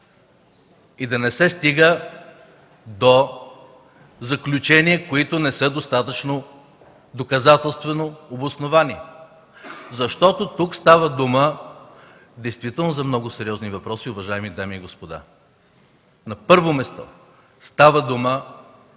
и да не се стига до заключения, които не са достатъчно доказателствено обосновани, защото тук става дума за много сериозни въпроси, уважаеми дами и господа. На първо място, става дума